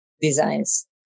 designs